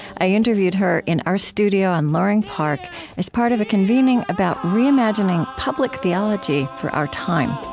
i interviewed her in our studio on loring park as part of a convening about reimagining public theology for our time